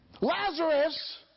Lazarus